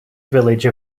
village